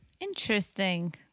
Interesting